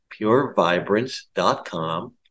purevibrance.com